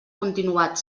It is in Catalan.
continuat